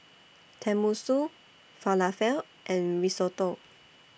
Tenmusu Falafel and Risotto